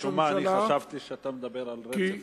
משום מה אני חשבתי שאתה מדבר על רצף,